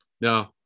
No